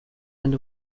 and